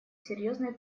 серьезной